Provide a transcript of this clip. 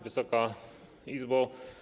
Wysoka Izbo!